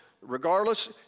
regardless